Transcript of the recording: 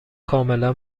کاملا